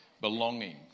belonging